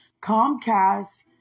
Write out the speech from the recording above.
Comcast